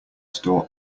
store